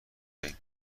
دهیم